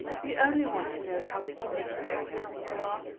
we only want to know how we can make you happier than you are.